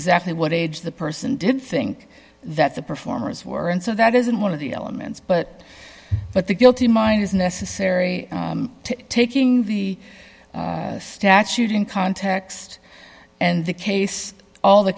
exactly what age the person didn't think that the performers were and so that isn't one of the elements but but the guilty mind is necessary to taking the statute in context and the case all the